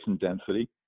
density